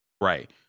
right